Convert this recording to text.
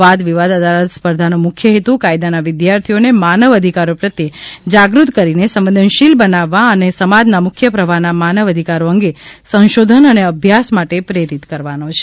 વાદ વિવાદ અદાલત સ્પર્ધાનો મુખ્ય હેતુ કાયદાના વિદ્યાર્થીઓને માનવ અધિકારો પ્રત્યે જાગૃત કરીને સંવેદનશીલ બનાવવા અને સમાજના મુખ્ય પ્રવાહના માનવ અધિકારો અંગે સંશોધન અને અભ્યાસ માટે પ્રેરિત કરવાનો છે